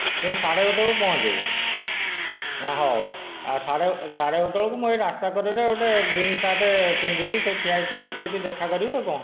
କିନ୍ତୁ ସାଢେ ଗୋଟେ ବେଳକୁ ପହଞ୍ଚିବେ ହଁ ହଉ ଆଉ ସାଢେ ଗୋଟେ ବେଳକୁ ମୁଁ ଏଇ ରାସ୍ତା କଡ଼ରେ ଗୋଟେ ଗ୍ରୀନ ସାର୍ଟ ପିନ୍ଧିକି ସେଠି ଠିଆ ହେଇଥିବି ସେଠି ଦେଖା କରିବେ ଆଉ କଣ